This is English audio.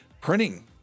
Printing